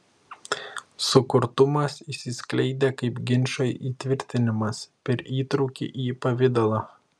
sukurtumas išsiskleidė kaip ginčo įtvirtinimas per įtrūkį į pavidalą